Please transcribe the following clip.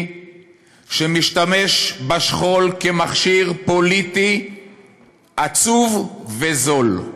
שמשתמש בשכול כמכשיר פוליטי עצוב וזול.